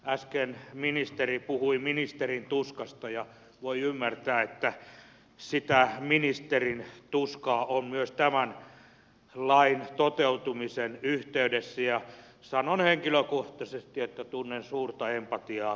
äsken ministeri puhui ministerin tuskasta ja voi ymmärtää että sitä ministerin tuskaa on myös tämän lain toteutumisen yhteydessä ja sanon henkilökohtaisesti että tunnen suurta empatiaa ministeriä kohtaan